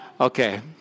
Okay